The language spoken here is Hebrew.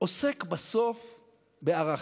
עוסק בסוף בערכים.